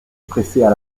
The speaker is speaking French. pressaient